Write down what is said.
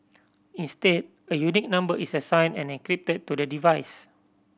instead a unique number is assigned and encrypted to the device